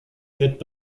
wird